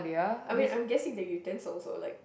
I mean I'm guessing is the utensils or like